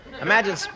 Imagine